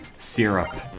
syrup